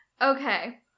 Okay